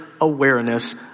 awareness